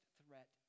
threat